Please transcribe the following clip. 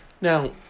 Now